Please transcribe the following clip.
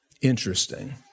Interesting